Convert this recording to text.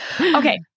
Okay